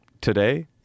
today